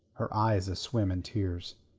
her eyes aswim in tears.